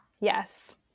Yes